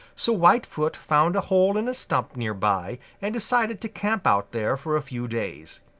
so whitefoot found a hole in a stump near by and decided to camp out there for a few days.